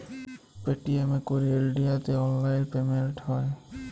Paytm এ ক্যইরে ইলডিয়াতে অললাইল পেমেল্ট হ্যয়